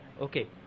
okay